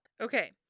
Okay